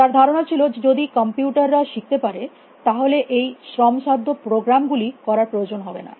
তার ধারণা ছিল যে যদি কম্পিউটাররা শিখতে পারে তাহলে এই শ্রমসাধ্য প্রোগ্রামিং গুলি করার প্রয়োজন হবে না